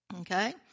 okay